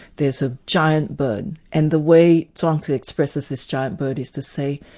there's a giant bird, and the way chuang tzu expresses this giant bird is to say,